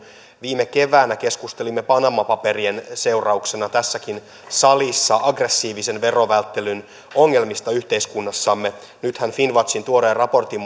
viime keväänä keskustelimme panama paperien seurauksena tässäkin salissa aggressiivisen verovälttelyn ongelmista yhteiskunnassamme nythän finnwatchin tuoreen raportin